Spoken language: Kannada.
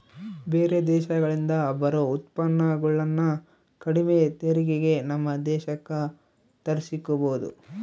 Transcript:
ಬೇರೆ ದೇಶಗಳಿಂದ ಬರೊ ಉತ್ಪನ್ನಗುಳನ್ನ ಕಡಿಮೆ ತೆರಿಗೆಗೆ ನಮ್ಮ ದೇಶಕ್ಕ ತರ್ಸಿಕಬೊದು